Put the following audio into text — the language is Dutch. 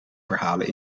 verhalen